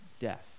death